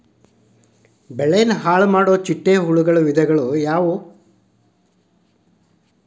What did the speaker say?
ಬೆಳೆನ ಹಾಳುಮಾಡುವ ಚಿಟ್ಟೆ ಹುಳುಗಳ ವಿಧಗಳು ಯಾವವು?